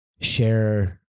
share